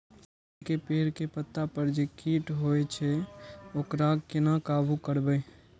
आम के पेड़ के पत्ता पर जे कीट होय छे वकरा केना काबू करबे?